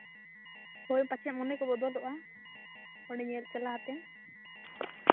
ᱦᱳᱭ ᱯᱟᱪᱷᱮᱜ ᱢᱚᱱᱮ ᱠᱚ ᱵᱚᱫᱚᱞᱚᱜᱼᱟ ᱚᱸᱰᱮ ᱧᱮᱞ ᱪᱟᱞᱟᱣ ᱛᱮ